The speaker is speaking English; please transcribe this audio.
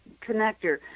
connector